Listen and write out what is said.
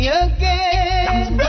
again